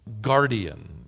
guardian